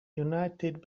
united